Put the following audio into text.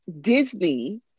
Disney